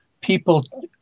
people